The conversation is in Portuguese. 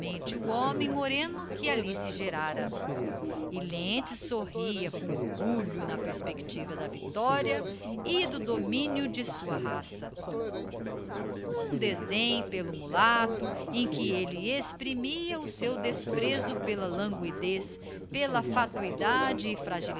o homem moreno que alli se gerara e lentz sorria com orgulho na perspectiva da victoria e do domínio de sua raça um desdém pelo mulato em que elle exprimia o seu desprezo pela languidez pela fatuidade